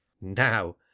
now